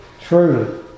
truly